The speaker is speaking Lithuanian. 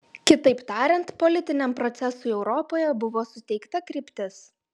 kitaip tariant politiniam procesui europoje buvo suteikta kryptis